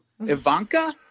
Ivanka